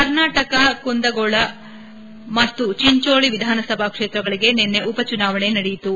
ಕರ್ನಾಟಕದ ಕುಂದಗೋಳ ಮತ್ತು ಚಿಂಚೋಳಿ ವಿಧಾನಸಭಾ ಕ್ಷೇತ್ರಗಳಿಗೆ ನಿನ್ನೆ ಉಪ ಚುನಾವಣೆ ನಡೆಯಿತು